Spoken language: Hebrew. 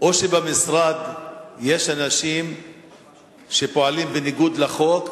או שבמשרד יש אנשים שפועלים בניגוד לחוק,